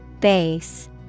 Base